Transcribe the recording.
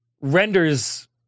renders